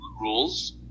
rules